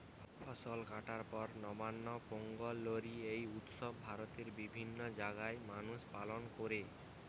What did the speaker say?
ফসল কাটার পর নবান্ন, পোঙ্গল, লোরী এই উৎসব ভারতের বিভিন্ন জাগায় মানুষ পালন কোরে